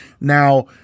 Now